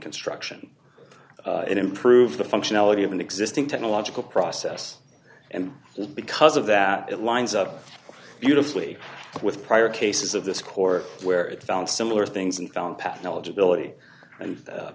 construction it improves the functionality of an existing technological process and because of that it lines up beautifully with prior cases of this core where it found similar things and found path knowledge ability and